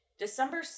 December